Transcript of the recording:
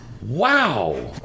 Wow